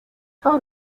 how